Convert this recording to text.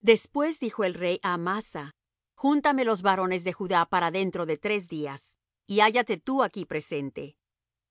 después dijo el rey á amasa júntame los varones de judá para dentro de tres días y hállate tú aquí presente